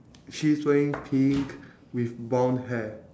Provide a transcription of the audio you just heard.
she is wearing pink with brown hair